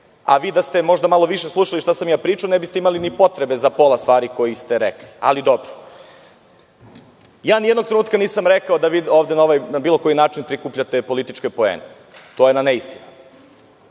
a vi da ste možda malo više slušali šta sam ja pričao, ne biste imali ni potrebe za pola stvari koje ste rekli, ali dobro. Nijednog trenutka nisam rekao da vi ovde na bilo koji način prikupljate političke poene. To je jedna neistina.